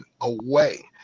away